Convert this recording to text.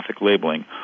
labeling